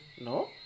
No